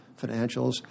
financials